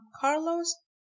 Carlos